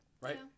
right